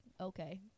okay